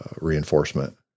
reinforcement